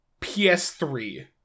PS3